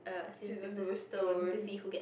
scissors paper stone